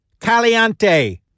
Caliente